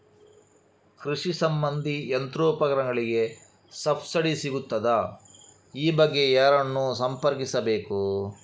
ಕೃಷಿ ಸಂಬಂಧಿ ಯಂತ್ರೋಪಕರಣಗಳಿಗೆ ಸಬ್ಸಿಡಿ ಸಿಗುತ್ತದಾ? ಈ ಬಗ್ಗೆ ಯಾರನ್ನು ಸಂಪರ್ಕಿಸಬೇಕು?